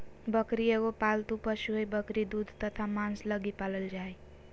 बकरी एगो पालतू पशु हइ, बकरी दूध तथा मांस लगी पालल जा हइ